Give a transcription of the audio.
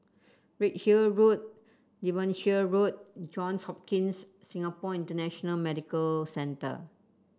Redhill Road Devonshire Road Johns Hopkins Singapore International Medical Centre